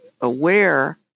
aware